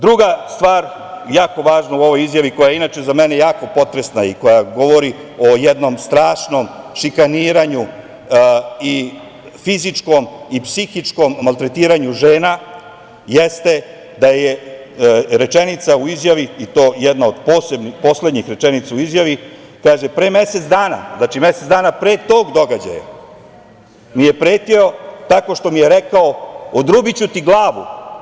Druga stvar jako važna u ovoj izjavi koja je inače za mene jako potresna i koja govori o jednom strašnom šikaniranju i fizičkom i psihičkom maltretiranju žena, jeste da je rečenica u izjavi i to jedna od poslednjih rečenica u izjavi, kaže – pre mesec dana, znači mesec dana pre tog događaja, mi je pretio tako što mi je rekao - odrubiću ti glavu.